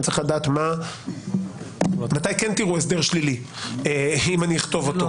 אני צריך לדעת מתי כן תראו הסדר שלילי אם אני אכתוב אותו.